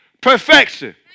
perfection